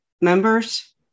members